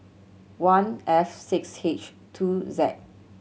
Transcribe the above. one F six H two Z